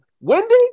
Wendy